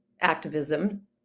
activism